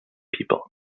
people